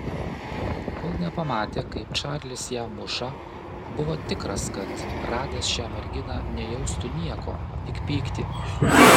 kol nepamatė kaip čarlis ją muša buvo tikras kad radęs šią merginą nejaustų nieko tik pyktį